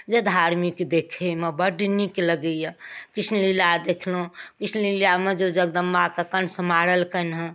जे धार्मिक देखैमे बड़ नीक लगैए कृष्णलीला देखलहुँ कृष्णलीलामे जे जगदम्बाके कंस मारलकनि हँ